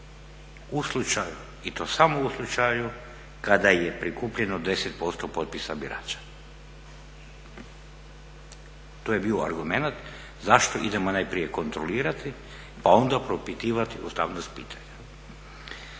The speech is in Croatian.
u slučaju i to samo u slučaju kada je prikupljeno 10% potpisa birača. To je bio argumenat zašto idemo najprije kontrolirati pa onda propitivati ustavnost pitanja.